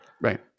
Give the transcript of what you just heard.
Right